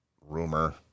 rumor